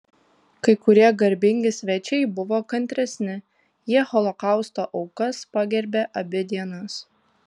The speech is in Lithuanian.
kai kurie garbingi svečiai buvo kantresni jie holokausto aukas pagerbė abi dienas